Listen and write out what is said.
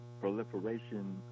proliferation